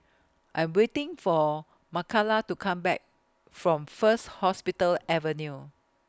I Am waiting For Makala to Come Back from First Hospital Avenue